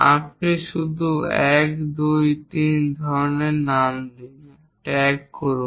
আপনি শুধু 1 2 3 ধরনের নাম দিন ট্যাগ করুন